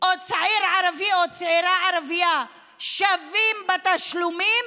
או צעיר ערבי או צעירה ערבייה שווים בתשלומים